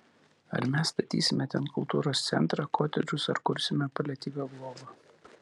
ar mes statysime ten kultūros centrą kotedžus ar kursime paliatyvią globą